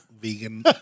vegan